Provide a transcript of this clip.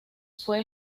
fue